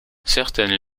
certaines